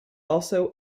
also